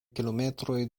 kilometroj